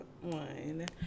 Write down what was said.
one